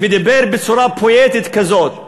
ודיבר בצורה פואטית כזאת,